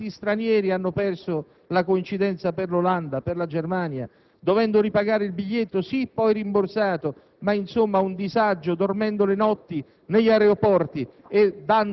Pensiamo alle famose coincidenze di cui parlavamo prima: quanti stranieri hanno perso la coincidenza per l'Olanda o per la Germania, dovendo pagare nuovamente il biglietto, sì poi rimborsato,